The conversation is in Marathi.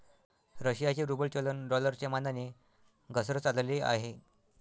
रशियाचे रूबल चलन डॉलरच्या मानाने घसरत चालले आहे